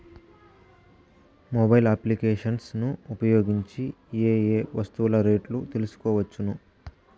Mobile applications ను ఉపయోగించి ఏ ఏ వస్తువులు రేట్లు తెలుసుకోవచ్చును?